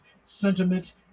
sentiment